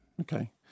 Okay